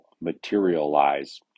materialize